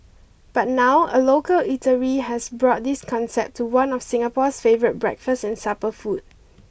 but now a local eatery has brought this concept to one of Singapore's favourite breakfast and supper food